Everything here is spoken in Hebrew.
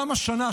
גם השנה,